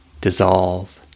dissolve